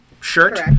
shirt